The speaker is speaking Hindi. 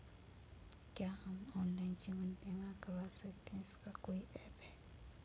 क्या हम ऑनलाइन जीवन बीमा करवा सकते हैं इसका कोई ऐप है?